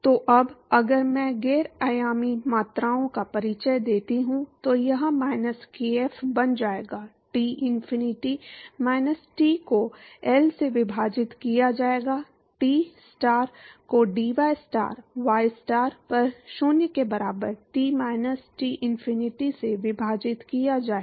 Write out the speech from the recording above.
तो अब अगर मैं गैर आयामी मात्राओं का परिचय देता हूं तो यह माइनस केएफ बन जाएगा T इनफिनिटी माइनस टी को एल से विभाजित किया जाएगा टीस्टार को dystar वाई स्टार पर 0 के बराबर टी माइनस T इनफिनिटी से विभाजित किया जाएगा